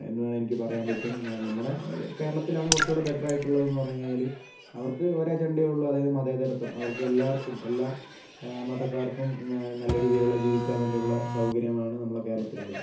എന്ന് വേണേ എനിക്ക് പറയാൻ പറ്റും നമ്മുടെ കേരളത്തിലാണ് കുറച്ചും കൂടി ബെറ്റർ ആയിട്ടുള്ളത് എന്ന് പറഞ്ഞു കഴിഞ്ഞാൽ അവർക്ക് ഒരു അജണ്ടയെ ഉള്ളു അതായത് മതേതരത്വം അവർക്ക് എല്ലാവർക്കും എല്ലാ മതക്കാർക്കും നല്ല രീതിയിലുള്ള ജീവിക്കാൻ വേണ്ടിയുള്ള സൗകര്യമാണ് നമ്മളുടെ കേരളത്തിലുള്ളത്